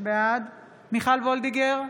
בעד מיכל וולדיגר,